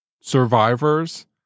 survivors